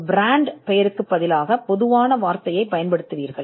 brand பெயருக்கு பதிலாக பொதுவான வார்த்தையைப் பயன்படுத்துவீர்கள்